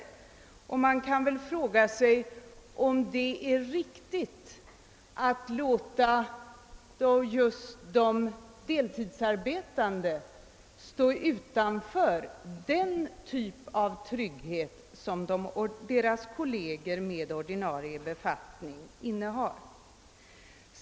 Man kan fråga sig om det är riktigt att låta just de deltidsarbetande stå utanför den typ av trygghet som deras kolleger med ordinarie befattning har.